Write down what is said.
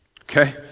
okay